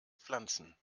pflanzen